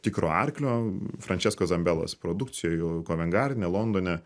tikro arklio frančesko zambelos produkcijoj kovent gardene londone